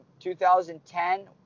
2010